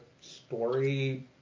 story